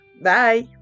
Bye